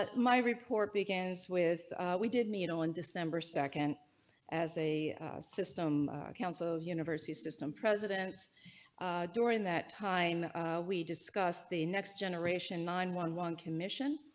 ah my report begins with we did meet on december two as a system councils university system president during that time we discussed the next generation nine one one commission.